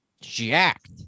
jacked